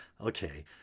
Okay